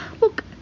look